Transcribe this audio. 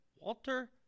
Walter